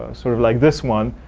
ah sort of like this one.